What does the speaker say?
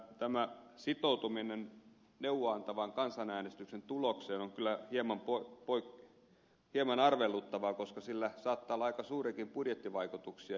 tämä sitoutuminen neuvoa antavan kansanäänestyksen tulokseen on kyllä hieman arveluttavaa koska sillä saattaa olla aika suuriakin budjettivaikutuksia